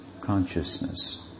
consciousness